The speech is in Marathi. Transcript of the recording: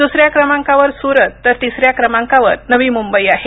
द्सऱ्या क्रमांकावर सूरत तर तिसऱ्या क्रमांकावर नवी मुंबई आहे